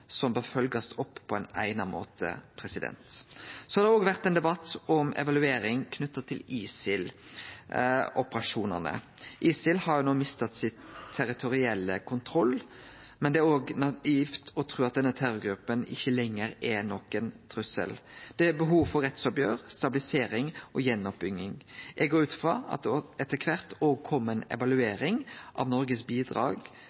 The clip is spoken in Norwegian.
som bør følgjast opp på eigna måte. Så har det òg vore ein debatt om evaluering knytt til ISIL-operasjonane. ISIL har no mista sin territoriale kontroll, men det er naivt å tru at denne terrorgruppa ikkje lenger er nokon trussel. Det er behov for rettsoppgjer, stabilisering og gjenoppbygging. Eg går ut frå at det etter kvart òg kjem ei evaluering av Noregs bidrag